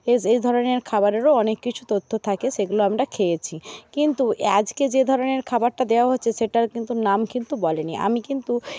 S এই ধরণের খাবারেরও অনেক কিছু তথ্য থাকে সেগুলো আমরা খেয়েছি কিন্তু আজকে যে ধরণের খাবারটা দেওয়া হচ্ছে সেটার কিন্তু নাম কিন্তু বলে নি আমি কিন্তু